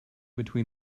between